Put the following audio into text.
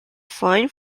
fine